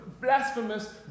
blasphemous